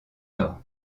nord